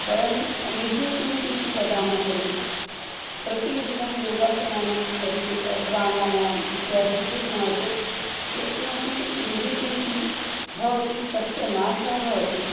वयं निगीटिविटि इति वदामः खलु प्रतिदिनं योगासनानि तर्हि प्राणायामः इत्यादि कुर्मः चेत् यत्किमपि निगीटिविटि भवति तस्य नाशः भवति